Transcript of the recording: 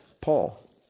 Paul